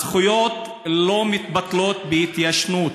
הזכויות לא מתבטלות בהתיישנות.